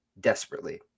desperately